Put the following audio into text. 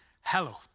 hello